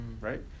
Right